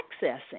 accessing